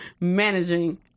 managing